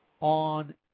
on